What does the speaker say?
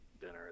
dinner